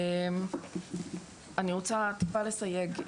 אני רוצה טיפה לסייג.